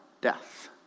death